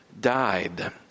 died